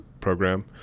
program